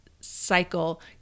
cycle